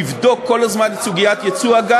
למה לא לעשות דיון בכנסת על הביצוע?